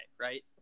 right